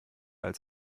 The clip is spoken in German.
als